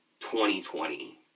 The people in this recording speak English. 2020